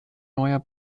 neuer